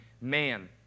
man